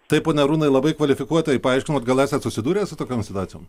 taip pone arūnai labai kvalifikuotai paaiškinot gal esat susidūręs su tokiom situacijom